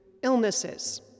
Illnesses